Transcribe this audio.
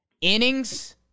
Innings